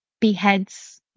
beheads